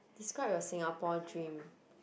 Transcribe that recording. describe your Singapore dream